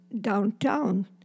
downtown